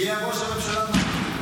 הגיע ראש הממשלה מר יצחק